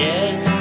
Yes